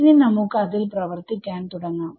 ഇനി നമുക്ക് അതിൽ പ്രവർത്തിക്കാൻ തുടങ്ങാം